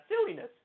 silliness